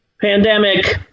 pandemic